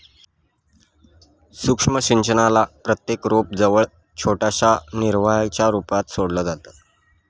सूक्ष्म सिंचनाला प्रत्येक रोपा जवळ छोट्याशा निर्वाहाच्या रूपात सोडलं जातं